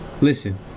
listen